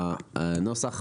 נוסח